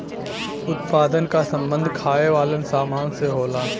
उत्पादन क सम्बन्ध खाये वालन सामान से होला